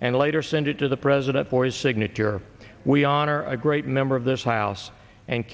and later send it to the president for his signature we honor a great member of this house and